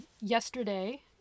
Yesterday